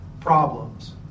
problems